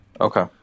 Okay